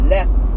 Left